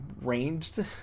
ranged